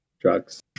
Drugs